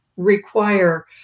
require